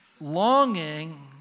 longing